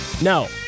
No